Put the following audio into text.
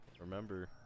remember